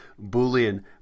Boolean